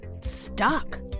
stuck